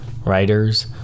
Writers